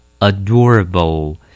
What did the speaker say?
adorable